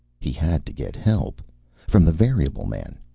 he had to get help from the variable man.